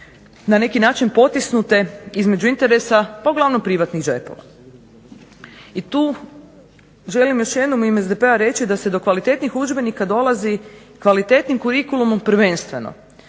na neki način potisnute između interesa pa uglavnom privatnih džepova. I tu želim još jednom u ime SDP-a reći da se do kvalitetnih udžbenika dolazi kvalitetnim kurikulumom prvenstveno,